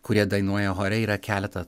kurie dainuoja chore yra keleta